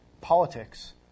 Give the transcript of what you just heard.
politics